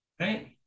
right